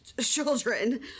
children